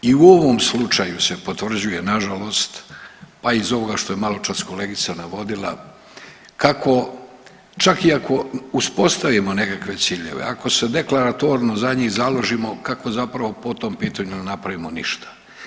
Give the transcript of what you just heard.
I u ovom slučaju se potvrđuje, nažalost, pa i iz ovoga što je maločas kolegica navodila kako, čak i ako uspostavimo nekakve ciljeve, ako se deklaratorno za njih založimo, kako zapravo po tom pitanju napravimo ništa.